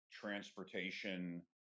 transportation